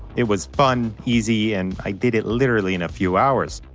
it was fun, easy, and i did it literally in a few hours.